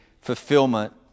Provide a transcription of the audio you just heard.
fulfillment